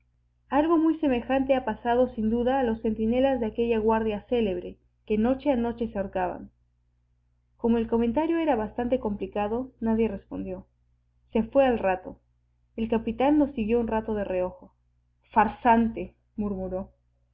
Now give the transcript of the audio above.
algo muy semejante ha pasado sin duda a los centinelas de aquella guardia célebre que noche a noche se ahorcaban como el comentario era bastante complicado nadie respondió se fué al rato el capitán lo siguió un rato de reojo farsante